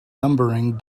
numbering